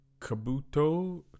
Kabuto